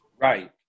Right